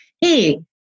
Hey